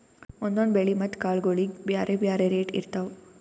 ಒಂದೊಂದ್ ಬೆಳಿ ಮತ್ತ್ ಕಾಳ್ಗೋಳಿಗ್ ಬ್ಯಾರೆ ಬ್ಯಾರೆ ರೇಟ್ ಇರ್ತವ್